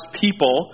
people